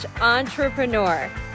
entrepreneur